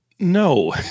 No